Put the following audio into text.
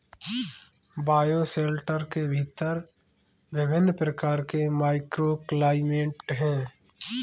bioshelter के भीतर विभिन्न प्रकार के माइक्रोक्लाइमेट हैं